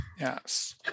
Yes